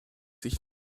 ich